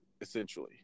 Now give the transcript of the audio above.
essentially